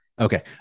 Okay